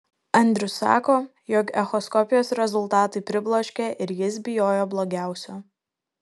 andrius sako jog echoskopijos rezultatai pribloškė ir jis bijojo blogiausio